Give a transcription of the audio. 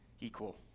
equal